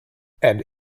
and